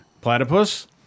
platypus